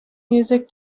music